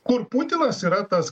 kur putinas yra tas